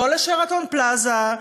לא ל"שרתון פלאזה",